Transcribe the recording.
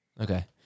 Okay